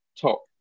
top